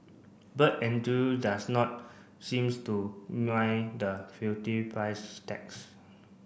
bird does not seems to mind the hefty price tags